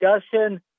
discussion